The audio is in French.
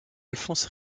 alphonse